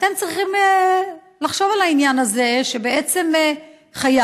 אתם צריכים לחשוב על העניין הזה שבעצם חייל,